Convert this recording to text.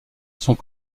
sont